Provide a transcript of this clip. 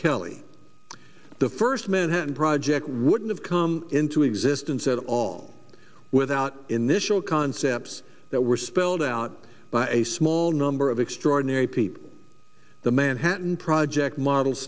kelly the first manhattan project wouldn't have come into existence at all without initial concepts that were spelled out by a small number of extraordinary people the manhattan project model